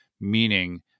meaning